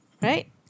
Right